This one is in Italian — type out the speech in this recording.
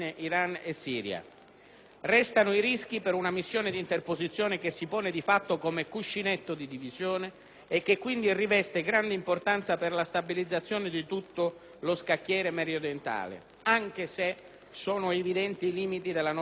Restano i rischi per una missione di interposizione che si pone di fatto come cuscinetto di divisione e che quindi riveste grande importanza per la stabilizzazione di tutto lo scacchiere mediorientale, anche se sono evidenti i limiti della nostra interposizione.